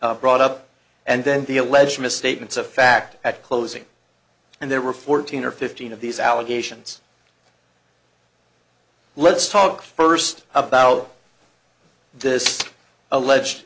brought up and then the alleged misstatements of fact at closing and there were fourteen or fifteen of these allegations let's talk first about this alleged